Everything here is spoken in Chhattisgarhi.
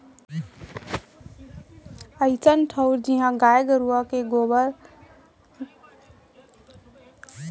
अइसन ठउर जिहॉं गाय गरूवा के गोबर अउ घर के कचरा फेंकाथे तेला घुरूवा कथें